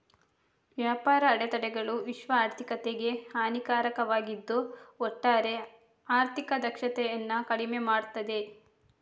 ವ್ಯಾಪಾರ ಅಡೆತಡೆಗಳು ವಿಶ್ವ ಆರ್ಥಿಕತೆಗೆ ಹಾನಿಕಾರಕವಾಗಿದ್ದು ಒಟ್ಟಾರೆ ಆರ್ಥಿಕ ದಕ್ಷತೆಯನ್ನ ಕಡಿಮೆ ಮಾಡ್ತದೆ